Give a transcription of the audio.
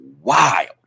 wild